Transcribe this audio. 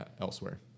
elsewhere